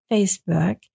Facebook